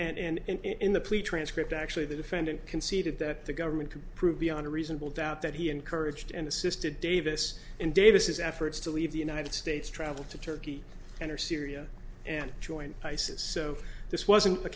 in the plea transcript actually the defendant conceded that the government could prove beyond a reasonable doubt that he encouraged and assisted davis in davis efforts to leave the united states travel to turkey enter syria and join isis so this wasn't a